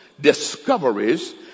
discoveries